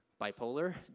bipolar